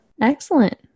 Excellent